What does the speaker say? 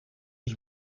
was